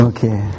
Okay